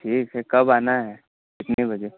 ठीक है कब आना है कितने बजे